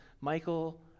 Michael